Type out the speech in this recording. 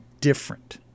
different